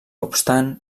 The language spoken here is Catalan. obstant